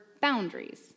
boundaries